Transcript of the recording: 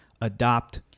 adopt